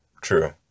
True